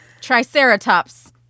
Triceratops